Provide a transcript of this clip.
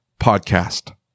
podcast